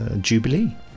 Jubilee